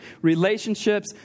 relationships